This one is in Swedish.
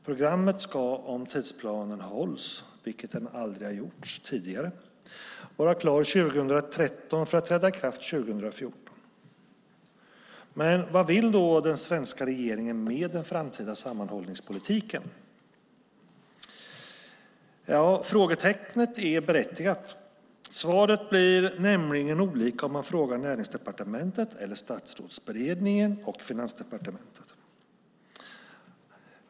Programmet ska om tidsplanen håller, vilket den aldrig har gjort tidigare, vara klart 2013 för att träda i kraft 2014. Men vad vill då den svenska regeringen med den framtida sammanhållningspolitiken? Ja, frågetecknet är berättigat. Svaren blir nämligen olika om man frågar Näringsdepartementet, Statsrådsberedningen och Finansdepartementet.